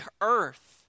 earth